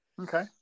Okay